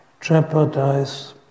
jeopardize